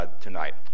tonight